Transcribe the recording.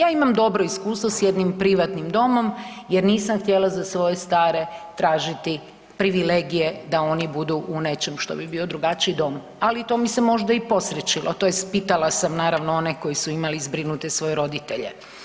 Ja imam dobro iskustvo s jednim privatnim domom jer nisam htjela za svoje stare tražiti privilegije da oni budu u nečem što bi bio drugačiji dom, ali to mi se možda i posrećilo tj. pitala sam naravno one koji su imali zbrinute svoje roditelje.